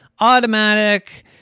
automatic